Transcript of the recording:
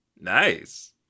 Nice